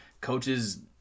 Coaches